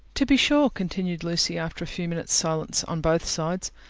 to be sure, continued lucy, after a few minutes silence on both sides,